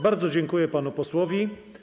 Bardzo dziękuję panu posłowi.